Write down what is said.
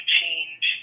change